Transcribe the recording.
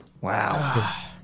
Wow